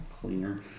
cleaner